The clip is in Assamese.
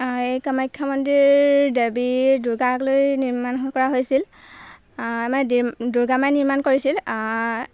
এই কামাখ্যা মন্দিৰ দেৱীৰ দুৰ্গাক লৈ নিৰ্মাণ কৰা হৈছিল মানে দুৰ্গা মাই নিৰ্মাণ কৰিছিল